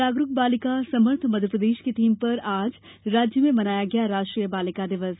जागरुक बालिका समर्थ मध्यप्रदेश की थीम पर आज राज्य में मनाया गया राष्ट्रीय बालिका दिवस